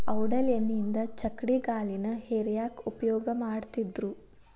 ಔಡಲ ಎಣ್ಣಿಯಿಂದ ಚಕ್ಕಡಿಗಾಲಿನ ಹೇರ್ಯಾಕ್ ಉಪಯೋಗ ಮಾಡತ್ತಿದ್ರು